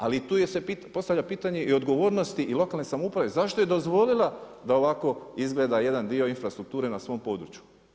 Ali tu se postavlja pitanje i odgovornosti i lokalne samouprave zašto je dozvolila da ovako izgleda jedan dio infrastrukture na svom području.